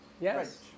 Yes